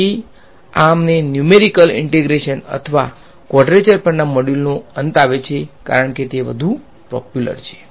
તેથી આ અમને ન્યુમેરીકલ ઈન્ટેગ્રેશન અથવા ક્વાડ્રેચર પરના આ મોડ્યુલનો અંત આવે છે કારણ કે તે વધુ પોપ્યુલર છે